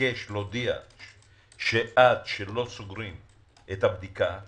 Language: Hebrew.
ולהודיע שעד שלא סוגרים את הבדיקה,